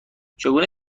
چگونه